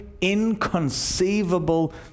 inconceivable